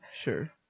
Sure